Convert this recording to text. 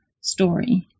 story